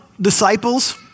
disciples